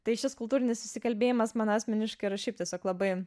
tai šis kultūrinis susikalbėjimas man asmeniškai yra šiaip tiesiog labai